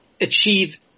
achieve